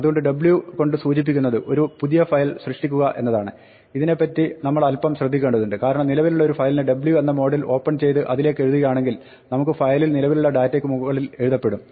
അതുകൊണ്ട് 'w' കൊണ്ട് സൂചിപ്പിക്കുന്നത് ഒരു പുതിയ ഫയൽ സൃഷ്ടിക്കുക എന്നതാണ് ഇതിനെപ്പറ്റി നമ്മൾ അല്പം ശ്രദ്ധിക്കേണ്ടതുണ്ട് കാരണം നിലവിലുള്ള ഒരു ഫയലിനെ 'w' എന്ന മോഡിൽ ഓപ്പൺ ചെയ്ത് അതിലേക്ക് എഴുതുകയാണെങ്കിൽ നമുക്ക് ഫയലിൽ നിലവിലുള്ള ഡാറ്റയ്ക്ക് മുകളിൽ എഴുതപ്പെടും